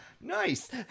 Nice